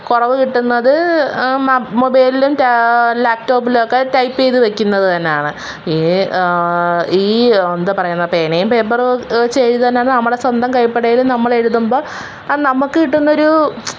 കുറവ് കിട്ടുന്നത് മ മൊബൈലിലും റ്റാ ലാപ്ടോപ്പിലൊക്കെ ടൈപ്പ് ചെയ്ത് വയ്ക്കുന്നത് തന്നെയാണ് ഈ ഈ എന്താണ് പറയുന്നത് പേനയും പേപ്പറും വെച്ച് എഴുതാനാണ് നമ്മുടെ സ്വന്തം കൈപ്പടയിൽ നമ്മൾ എഴുതുമ്പം അത് നമുക്ക് കിട്ടുന്ന ഒരു